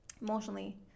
emotionally